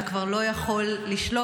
אתה כבר לא יכול לשלוט